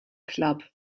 club